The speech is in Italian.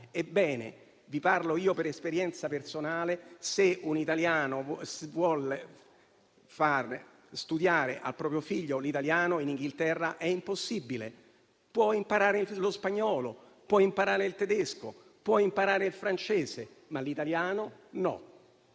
Ebbene, vi parlo per esperienza personale: se un italiano vuol far studiare al proprio figlio l'italiano nel Regno Unito è impossibile; può imparare lo spagnolo, può imparare il tedesco e può imparare il francese, ma l'italiano no.